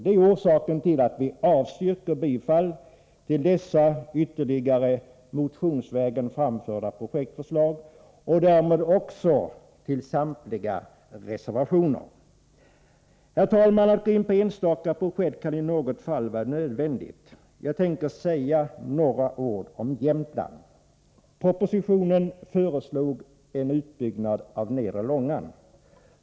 Det är orsaken till att utskottet avstyrker bifall till dessa ytterligare, motionsvägen framförda projektförslag. Därmed yrkar jag också avslag på samtliga reservationer. Herr talman! Att gå in på enstaka projekt kan i något fall vara nödvändigt. Jag tänker säga några ord om Jämtland. Propositionen föreslog en utbyggnad av nedre Långan.